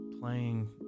playing